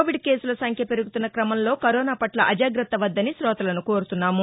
Covid కేసులసంఖ్య పెరుగుతున్న క్రమంలో కరోనాపట్ల అజాగ్రత్త వద్దని కోతలను కోరుతున్నాము